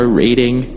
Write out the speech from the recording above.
rating